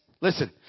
listen